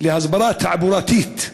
להסברה תעבורתית,